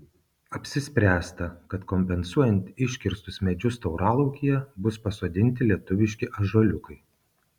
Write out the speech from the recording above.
apsispręsta kad kompensuojant iškirstus medžius tauralaukyje bus pasodinti lietuviški ąžuoliukai